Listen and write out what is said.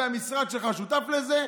והמשרד שלך שותף לזה,